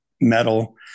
metal